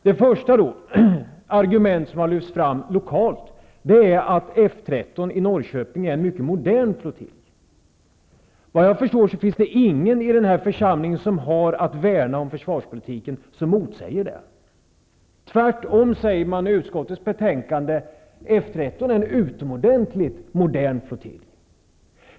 Det första argument som lokalt har lyfts fram är att F 13 i Norrköping är en mycket modern flottilj. Såvitt jag förstår finns det ingen i den här församlingen som har som sin uppgift att värna om försvarspolitiken som motsäger detta påstående. I utskottets betänkande säger man tvärtom att F 13 är en utomordentligt modern flottilj.